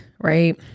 right